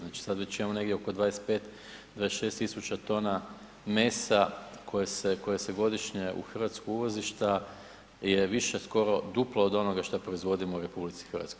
Znači sad već imamo negdje oko 25, 26 tisuća tona mesa koje se godišnje u Hrvatsku uvozi šta je više skoro duplo od onoga što proizvodimo u RH.